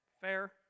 Fair